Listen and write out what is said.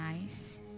nice